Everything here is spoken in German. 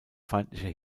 feindliche